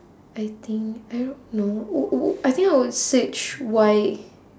I think I don't know w~ w~ w~ I think I would search why